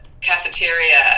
cafeteria